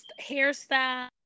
hairstyle